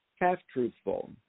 half-truthful